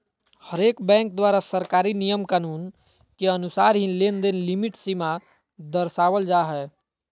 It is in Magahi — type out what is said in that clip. हरेक बैंक द्वारा सरकारी नियम कानून के अनुसार ही लेनदेन लिमिट सीमा दरसावल जा हय